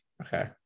Okay